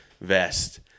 vest